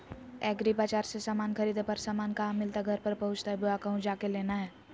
एग्रीबाजार से समान खरीदे पर समान कहा मिलतैय घर पर पहुँचतई बोया कहु जा के लेना है?